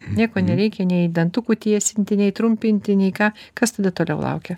nieko nereikia nei dantukų tiesinti nei trumpinti nei ką kas tada toliau laukia